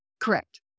correct